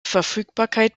verfügbarkeit